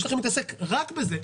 יש לכם להתעסק רק בזה,